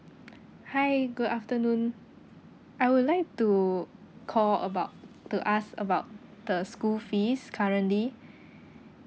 hi good afternoon I would like to call about to ask about the school fees currently